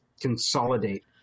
consolidate